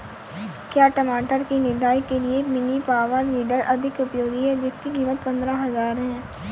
क्या टमाटर की निदाई के लिए मिनी पावर वीडर अधिक उपयोगी है जिसकी कीमत पंद्रह हजार है?